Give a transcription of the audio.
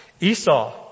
Esau